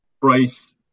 price